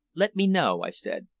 let me know, i said.